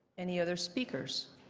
any other speakers?